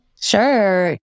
Sure